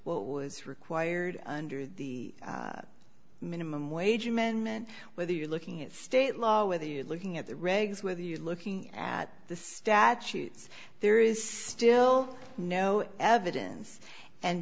was required under the minimum wage amendment whether you're looking at state law whether you're looking at the regs whether you're looking at the statutes there is still no evidence and